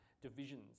divisions